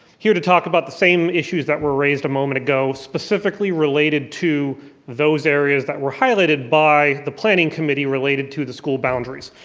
here to talk about the same issues that were raised a moment ago specifically related to those areas that were highlighted by the planning committee related to the school boundaries,